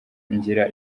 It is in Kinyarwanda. ngira